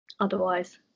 otherwise